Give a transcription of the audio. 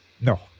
No